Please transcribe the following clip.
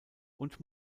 und